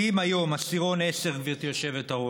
כי אם היום עשירון 10, גברתי היושבת-ראש,